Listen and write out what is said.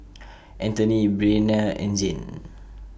Antony Bryana and Zane